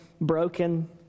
broken